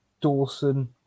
Dawson